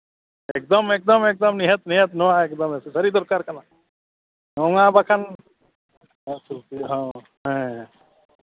ᱮᱹᱠᱫᱚᱢ ᱮᱹᱠᱫᱚᱢ ᱮᱹᱠᱫᱚᱢ ᱱᱤᱦᱟᱹᱛ ᱱᱤᱦᱟᱹᱛ ᱮᱠᱫᱚᱢ ᱱᱚᱣᱟ ᱮᱠᱫᱚᱢ ᱥᱟᱹᱨᱤ ᱜᱮ ᱫᱚᱨᱠᱟᱨ ᱠᱟᱱᱟ ᱱᱚᱣᱟ ᱵᱟᱠᱷᱟᱱ ᱦᱮᱸ ᱥᱮ